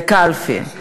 זה קלפי.